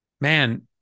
man